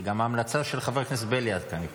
זו גם ההמלצה של חבר הכנסת בליאק, אני חושב.